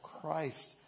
Christ